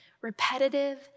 repetitive